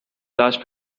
last